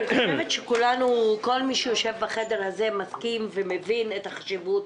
אני חושבת שכל מי שיושב בחדר הזה מסכים ומבין את החשיבות